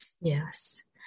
Yes